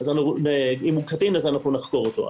אם הוא קטין אז נחקור אותו.